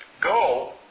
go